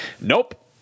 nope